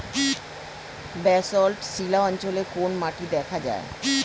Basalt শিলা অঞ্চলে কোন মাটি দেখা যায়?